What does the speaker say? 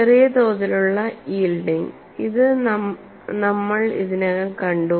ചെറിയ തോതിലുള്ള യീൽഡിങ് ഇത് നമ്മൾ ഇതിനകം കണ്ടു